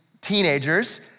teenagers